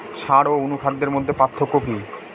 সার ও অনুখাদ্যের মধ্যে পার্থক্য কি?